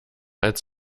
als